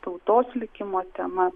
tautos likimo tema